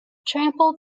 trample